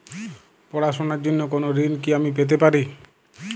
পড়াশোনা র জন্য কোনো ঋণ কি আমি পেতে পারি?